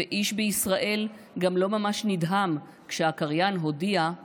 / ואיש בישראל / גם לא ממש נדהם / כשהקריין הודיע /